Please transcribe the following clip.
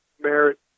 merit